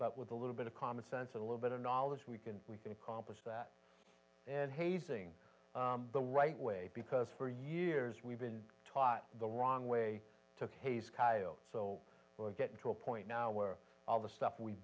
but with a little bit of common sense a little bit of knowledge we can we can accomplish that and hazing the right way because for years we've been taught the wrong way took haste so we're getting to a point now where all the stuff we've